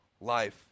life